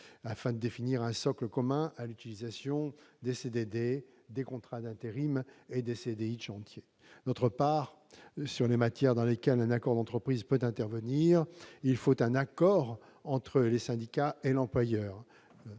afin de définir un socle commun à l'utilisation des CDD, des contrats d'intérim et des CDI de chantier. D'autre part, sur les matières dans lesquelles un accord d'entreprise peut intervenir, il faut un accord entre les syndicats et l'employeur.